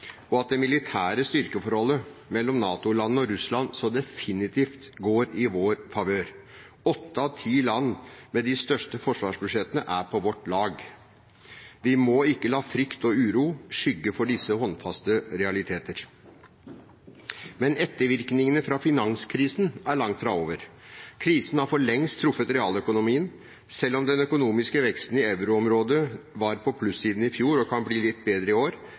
og at det militære styrkeforholdet mellom NATO-landene og Russland så definitivt er i vår favør. Åtte av ti land med de største forsvarsbudsjettene er på vårt lag. Vi må ikke la frykt og uro skygge for disse håndfaste realiteter. Men ettervirkningene fra finanskrisen er langt fra over. Krisen har for lengst truffet realøkonomien. Selv om den økonomiske veksten i euroområdet var på plussiden i fjor og kan bli litt bedre i år,